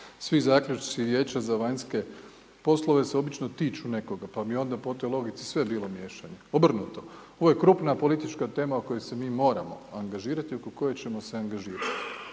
svi zaključci Vijeća za vanjske poslove se obično tiču nekoga pa bi onda po toj logici sve bilo miješanje. Obrnuto. Ovo je krupna politička tema o kojoj se mi moramo angažirati i o kojoj ćemo se angažirati.